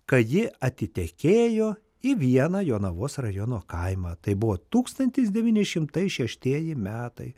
kai ji atitekėjo į vieną jonavos rajono kaimą tai buvo tūkstantis devyni šimtai šeštieji metai